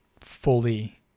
fully